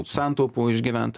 santaupų išgyvent